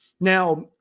Now